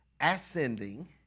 ascending